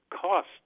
cost